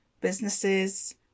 businesses